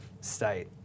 state